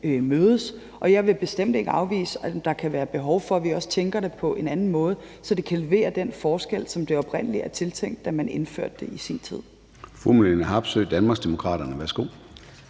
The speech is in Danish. mødes, og jeg vil bestemt ikke afvise, at der kan være behov for, at vi også tænker det påen anden måde, så det kan levere den forskel, som oprindelig var tiltænkt, da man indførte det i sin tid.